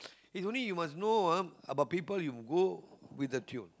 is only you must know ah about people you go with the tune